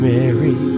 Mary